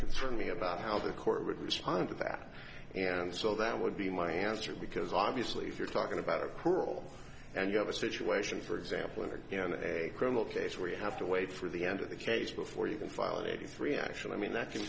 concern me about how the court would respond to that and so that would be my answer because obviously if you're talking about a parole and you have a situation for example or you know a criminal case where you have to wait for the end of the case before you can file an eighty three actually i mean that can